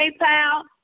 PayPal